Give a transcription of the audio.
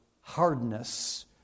hardness